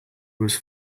was